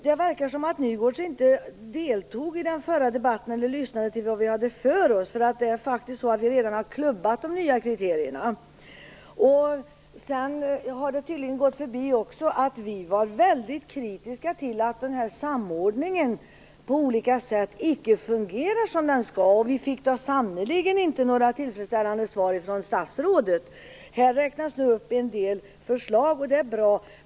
Det verkar som om Nygårds inte lyssnade till vad vi hade för oss i den förra debatten. Vi har faktiskt redan klubbat de nya kriterierna. Det har tydligen också gått honom förbi att vi var väldigt kritiska till att samordnigen på olika sätt icke fungerar som den skall. Vi fick sannerligen inte några tillfredsställande svar från statsrådet. Här räknas upp en del förslag, och det är bra.